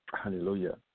Hallelujah